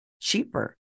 cheaper